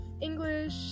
English